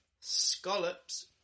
Scallops